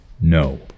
No